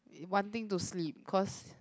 one thing to sleep because